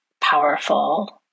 powerful